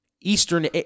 Eastern